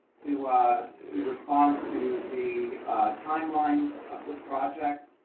to ah to respond to the timelines of this project,